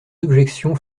objections